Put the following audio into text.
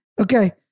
okay